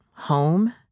home